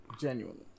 Genuinely